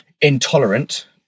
intolerant